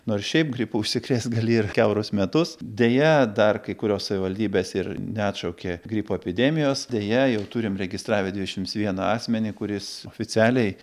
nors šiaip gripu užsikrėst gali ir kiaurus metus deja dar kai kurios savivaldybės ir neatšaukė gripo epidemijos deja jau turim registravę dešimt vieną asmenį kuris oficialiai